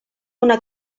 una